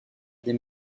des